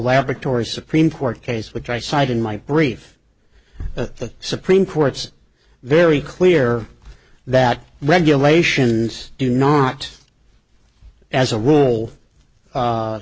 laboratories supreme court case which i cite in my brief at the supreme court's very clear that regulations do not as a role